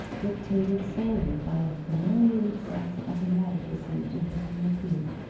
dictated solely by a humiliated sense of inadequacy to him in repute,